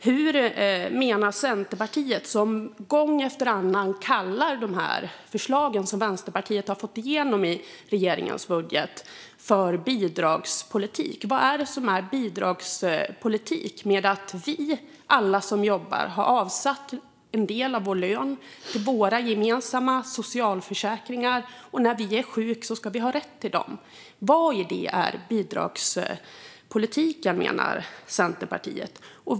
Hur menar Centerpartiet, som gång efter annan kallar förslagen som Vänsterpartiet har fått igenom i regeringens budget för bidragspolitik? Vad är bidragspolitik när alla som jobbar har avsatt en del av sin lön till våra gemensamma socialförsäkringar? När vi är sjuka ska vi ha rätt till dem. Vad i det är bidragspolitik, menar Centerpartiet?